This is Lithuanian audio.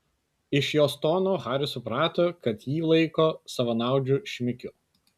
iš jos tono haris suprato kad jį laiko savanaudžiu šmikiu